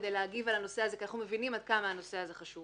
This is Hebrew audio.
כדי להגיב על הנושא הזה כי אנחנו מבינים עד כמה הנושא הזה חשוב.